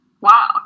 wow